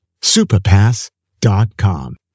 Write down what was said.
superpass.com